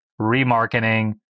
remarketing